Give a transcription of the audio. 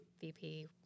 VP